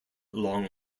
long